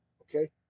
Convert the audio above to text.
Okay